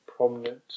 prominent